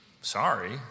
Sorry